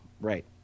Right